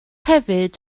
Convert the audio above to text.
hefyd